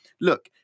look